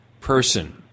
person